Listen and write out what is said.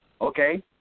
okay